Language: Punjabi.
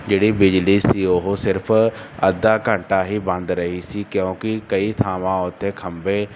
ਜਿਹੜੀ ਬਿਜਲੀ ਸੀ ਉਹ ਸਿਰਫ਼ ਅੱਧਾ ਘੰਟਾ ਹੀ ਬੰਦ ਰਹੀ ਸੀ ਕਿਉਂਕਿ ਕਈ ਥਾਵਾਂ ਉੱਤੇ ਖੰਭੇ